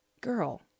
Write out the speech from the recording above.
girl